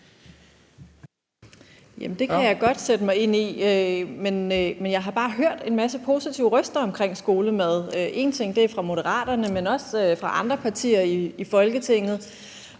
Det kan jeg godt sætte mig ind i. Jeg har bare hørt en masse positive røster om skolemad, bl.a. fra Moderaterne, men også fra andre partier i Folketinget.